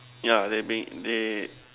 yeah they being they